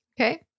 Okay